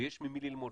ויש ממי ללמוד,